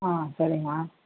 ஆ சரிம்மா